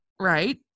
right